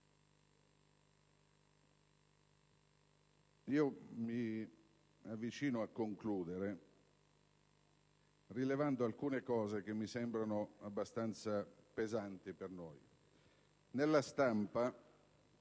Mi avvio a concludere rilevando alcune questioni che mi sembrano abbastanza pesanti per noi. Nella stampa